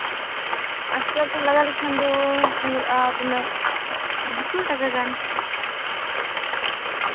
ᱟᱥᱛᱮ ᱟᱥᱛᱮ ᱞᱟᱸᱜᱟᱣ ᱞᱮᱠᱷᱟᱱ ᱫᱚ ᱦᱩᱭᱩᱜᱼᱟ ᱛᱤᱱᱟᱹᱜ ᱫᱩ ᱥᱚ ᱴᱟᱠᱟ ᱜᱟᱱ